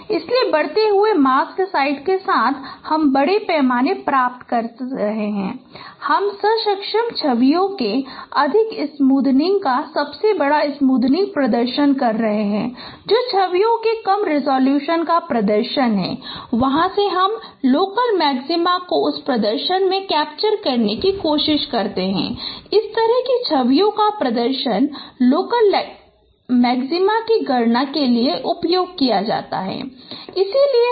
इसलिए बढ़ते हुए मास्क साइट के साथ हम बड़े पैमाने प्राप्त कर रहे हैं हम समकक्ष छवियों के अधिक स्मूथिंग का सबसे बड़ा स्मूथिंग प्रदर्शन कर रहे हैं जो छवियों के कम रिज़ॉल्यूशन का प्रदर्शन है और वहां से हम लोकल मैक्सीमा को उस प्रदर्शन में कैप्चर करने की कोशिश करते हैं इस तरह की छवियों का प्रदर्शन लोकल मैक्सीमा की गणना करता है